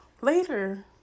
later